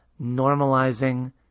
normalizing